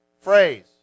phrase